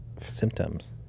symptoms